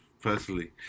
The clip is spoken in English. Personally